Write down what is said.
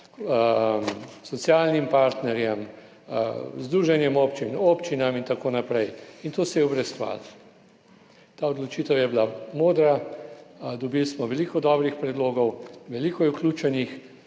socialnim partnerjem, združenjem občin, občinam in tako naprej. In to se je obrestovalo, ta odločitev je bila modra, dobili smo veliko dobrih predlogov, veliko je vključenih.